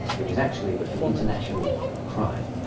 it was actually an international crime.